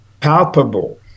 palpable